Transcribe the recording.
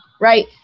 right